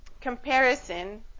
comparison